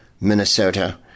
Minnesota